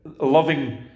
loving